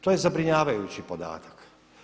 To je zabrinjavajući podatak.